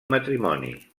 matrimoni